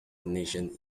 nations